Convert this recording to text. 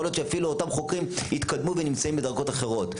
יכול להיות שאפילו אותם חוקרים התקדמו ונמצאים בדרגות אחרות.